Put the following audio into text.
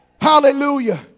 hallelujah